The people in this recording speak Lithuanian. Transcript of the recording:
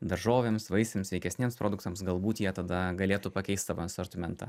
daržovėms vaisiams sveikesniems produktams galbūt jie tada galėtų pakeist savo asortimentą